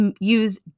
use